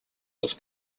was